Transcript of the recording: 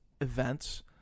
events